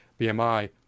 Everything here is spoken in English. BMI